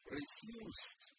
refused